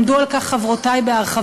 עמדו על כך חברותי בהרחבה,